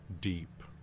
deep